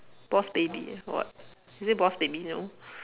boss baby or what is it boss baby no